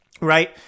right